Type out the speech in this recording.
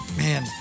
man